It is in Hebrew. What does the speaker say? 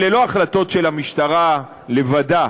אלה לא החלטות של המשטרה לבדה,